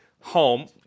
home